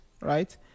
right